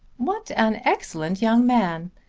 what an excellent young man!